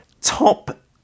top